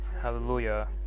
hallelujah